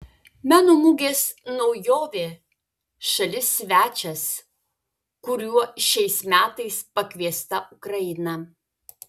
meno mugės naujovė šalis svečias kuriuo šiais metais pakviesta ukraina